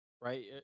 right